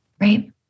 Right